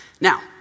Now